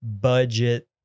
budget